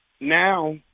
now –